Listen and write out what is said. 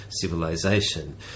civilization